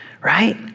right